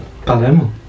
Palermo